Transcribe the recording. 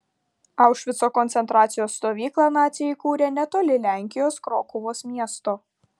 aušvico koncentracijos stovyklą naciai įkūrė netoli lenkijos krokuvos miesto